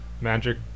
magic